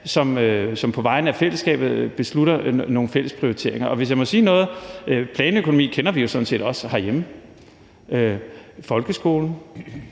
som på vegne af fællesskabet beslutter nogle fælles prioriteringer. Og hvis jeg må sige noget: Planøkonomi kender vi jo sådan set også herhjemme: folkeskolen